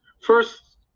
First